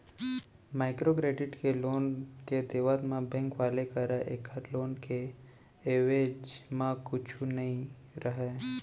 micro credit के loan के देवत म बेंक वाले करा ऐखर लोन के एवेज म कुछु नइ रहय